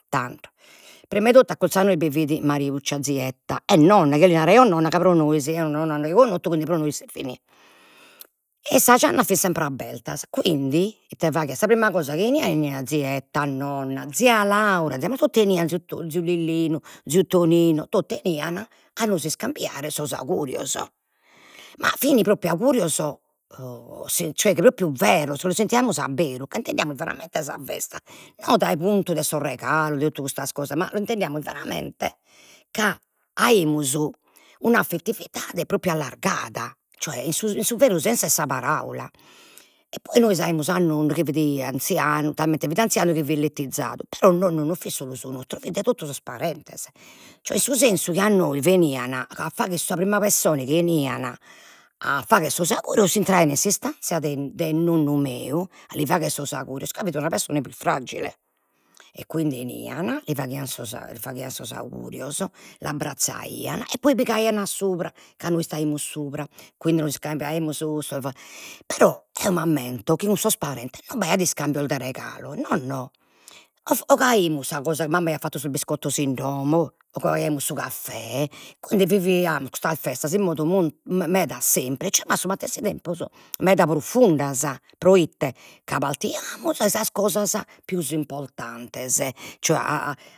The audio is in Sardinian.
Tantu, prima 'e totu accurzu a nois bi fit Mariuccia, zietta e nonna, ca eo li naraio nonna, ca pro nois eo nonna nond'aio connottu issa fit, e sas giannas fin sempre abertas, quindi ite faghes, sa prima cosa chi a zietta, a nonna, zia Laura totu inie, ziu Lillinu, ziu Tonino, totu 'enian a nos iscambiare sos augurios, ma fin propriu augurios propriu veros los sentiamus aberu, ca intendiamus veramente sa festa, non dai puntu de sos regalos e totu custas cosas, ma l'intendiamus veramente ca aimus un'affettividade propriu allargada, cioè in su in su veru sensu 'e sa paraula, e poi nois aimus a nonnu chi fit anzianu, talmente fit anzianu chi fit lettizadu, però nonnu non fit solu su nostru, fit de totu sos parentes, cioè in su sensu chi a nois benian a fagher, sa prima pessone chi 'enian a fagher sos augurios intraian in s'istanzia de de nonnu meu a li fagher sos augurios ca fit una pessone pius fragile, e quindi 'enian, li faghian sos faghian sos augurios, l'abbrazzaian e poi pigaian a supra, ca nois istaimus subra, quindi nos iscambiaimus sos però eo m'ammento chi cun sos parentes non b'aiat iscambios de regalos no no, 'ogaimus sa cosa, mamma aiat fattu sos biscottos in domo 'ogaimus su caffè, quindi viviamus custas festas in modu m- m- meda semplice, ma a su matessi tempus meda profundas proite, ca partian dai sas cosas pius importantes cioè